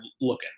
looking